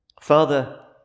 Father